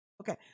Okay